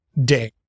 day